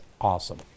awesome